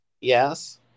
Yes